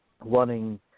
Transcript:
Running